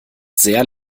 sehr